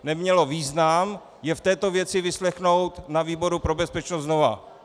Nemělo význam je v této věci vyslechnout na výboru pro bezpečnost znova.